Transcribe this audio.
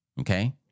Okay